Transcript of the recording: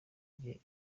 igihe